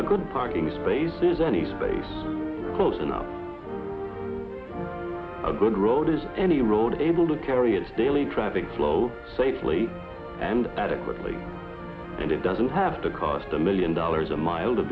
a good parking spaces any space a good road is any road able to carry its daily traffic flow safely and adequately and it doesn't have to cost a million dollars a mile to